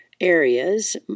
areas